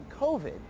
COVID